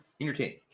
entertain